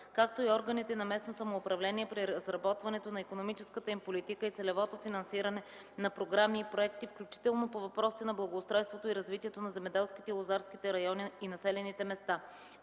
както и органите на местното самоуправление при разработването на икономическата им политика и целевото финансиране на програми и проекти, включително по въпросите на благоустройството и развитието на земеделските и лозарските райони и населените места;